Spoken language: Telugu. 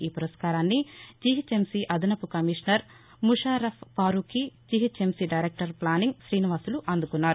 ఈ పురస్కారాన్ని జీహెచ్ఎంసీ అదనపు commissioner Musharraf Farooqui GHMC director planning Srinivas లు అందుకున్నారు